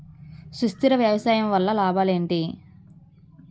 సుస్థిర వ్యవసాయం వల్ల లాభాలు ఏంటి?